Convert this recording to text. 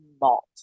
malt